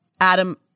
Adam